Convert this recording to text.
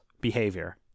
behavior